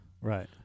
Right